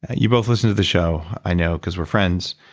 you both listen to the show, i know because we're friends.